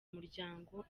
umuryango